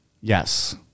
Yes